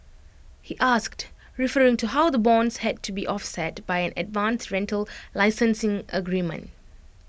he asked referring to how the bonds had to be offset by an advance rental licensing agreement